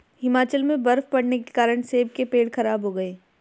हिमाचल में बर्फ़ पड़ने के कारण सेब के पेड़ खराब हो गए